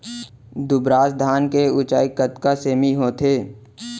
दुबराज धान के ऊँचाई कतका सेमी होथे?